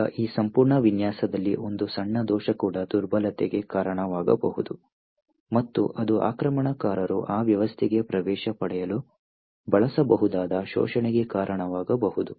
ಈಗ ಈ ಸಂಪೂರ್ಣ ವಿನ್ಯಾಸದಲ್ಲಿ ಒಂದು ಸಣ್ಣ ದೋಷ ಕೂಡ ದುರ್ಬಲತೆಗೆ ಕಾರಣವಾಗಬಹುದು ಮತ್ತು ಅದು ಆಕ್ರಮಣಕಾರರು ಆ ವ್ಯವಸ್ಥೆಗೆ ಪ್ರವೇಶ ಪಡೆಯಲು ಬಳಸಬಹುದಾದ ಶೋಷಣೆಗೆ ಕಾರಣವಾಗಬಹುದು